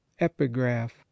epigraph